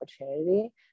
opportunity